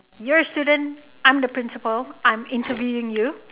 you're a student I'm the principal I'm interviewing you